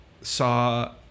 saw